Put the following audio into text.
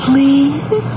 Please